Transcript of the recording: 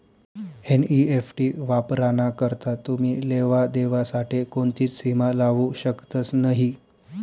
NEFT वापराना करता तुमी लेवा देवा साठे कोणतीच सीमा लावू शकतस नही